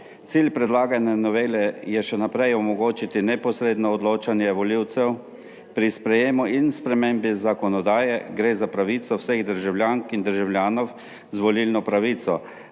Cilj predlagane novele je še naprej omogočiti neposredno odločanje volivcev pri sprejemu in spremembi zakonodaje. Gre za pravico vseh državljank in državljanov z volilno pravico,